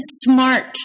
smart